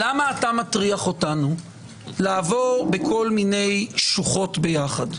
למה אתה מטריח אותנו לעבור בכל מיני שוחות ביחד?